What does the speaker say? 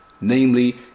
Namely